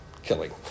Killing